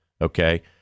Okay